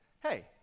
hey